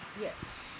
Yes